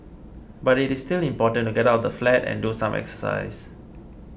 but it is still important to get out of the flat and do some exercise